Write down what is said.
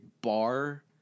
bar